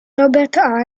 robert